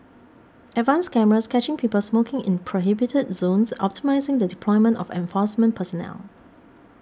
advanced cameras catching people smoking in prohibited zones optimising the deployment of enforcement personnel